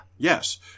Yes